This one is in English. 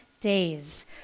days